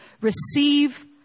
receive